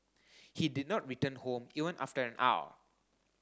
he did not return home even after an hour